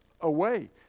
away